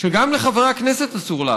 שגם לחברי הכנסת אסור לעשות.